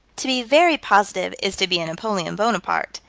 to be very positive is to be a napoleon bonaparte,